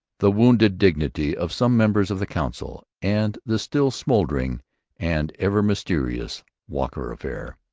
the wounded dignity of some members of the council, and the still smouldering and ever mysterious walker affair.